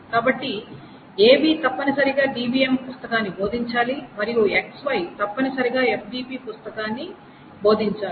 కాబట్టి AB తప్పనిసరిగా DBM పుస్తకాన్ని భోదించాలి మరియు XY తప్పనిసరిగా FDB పుస్తకాన్ని భోదించాలి